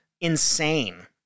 insane